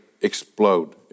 explode